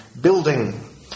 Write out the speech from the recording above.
building